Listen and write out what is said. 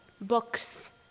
books